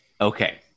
Okay